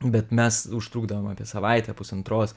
bet mes užtrukdavom apie savaitę pusantros